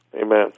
Amen